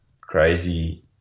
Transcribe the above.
crazy